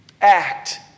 act